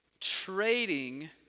trading